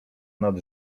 nad